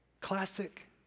Classic